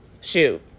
shoot